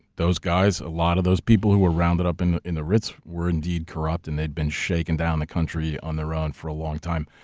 those guys, a lot of those people who were rounded up in in the ritz were indeed corrupt and they'd been shaking down the country on their own for a long time.